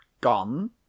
Gone